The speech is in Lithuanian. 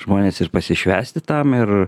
žmonės ir pasišvęsti tam ir